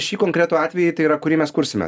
šį konkretų atvejį tai yra kurį mes kursime